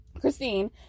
Christine